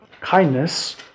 Kindness